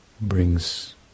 brings